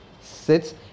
sits